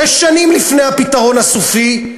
שש שנים לפני "הפתרון הסופי",